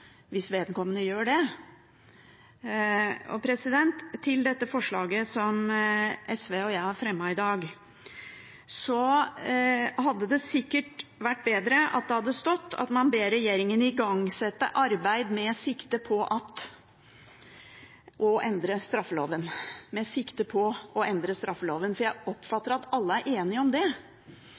hvis vedkommende gjør det. Til dette forslaget som SV og jeg har fremmet i dag: Det hadde sikkert vært bedre at det hadde stått at man ber regjeringen igangsette arbeid med sikte på å endre straffeloven. Med sikte på å endre straffeloven – jeg oppfatter at alle er enige om det.